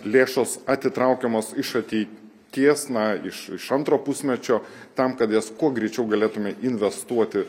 lėšos atitraukiamos iš ateities na iš iš antro pusmečio tam kad jas kuo greičiau galėtume investuoti